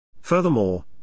Furthermore